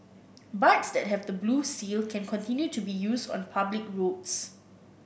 bikes that have the blue seal can continue to be used on public roads